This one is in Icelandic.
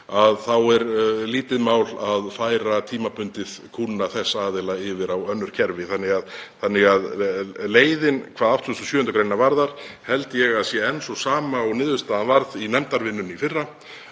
þá er lítið mál að færa tímabundið kúnna þessara aðila yfir á önnur kerfi. Leiðin hvað 87. gr. varðar held ég að sé enn sú sama og niðurstaðan varð í nefndarvinnunni í fyrra,